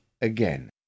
again